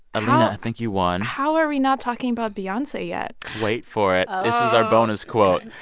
and i think you won how are we not talking about beyonce yet? wait for it oh this is our bonus quote.